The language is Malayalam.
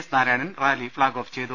S Narayanan rally flag off ചെയ്തു